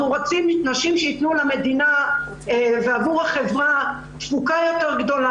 אנחנו רוצים נשים שיתנו למדינה ועבור החברה תפוקה גדולה יותר.